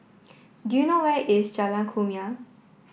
do you know where is Jalan Kumia